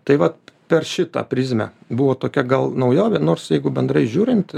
taip vat per šitą prizmę buvo tokia gal naujovė nors jeigu bendrai žiūrint